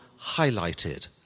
highlighted